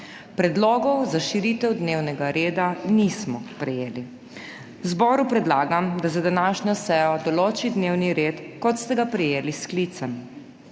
Predlogov za širitev dnevnega reda nismo prejeli. Zboru predlagam, da za današnjo sejo določi dnevni red, kot ste ga prejeli s sklicem.